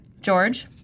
George